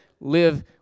live